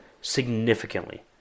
Significantly